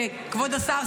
וכבוד השר,